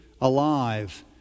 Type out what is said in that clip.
alive